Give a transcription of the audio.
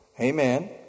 Amen